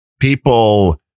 People